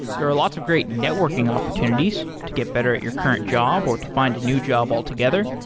there are lots of great networking opportunities to get better at your current job or to find a new job altogether.